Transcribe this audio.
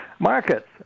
Markets